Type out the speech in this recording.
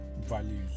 values